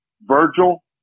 Virgil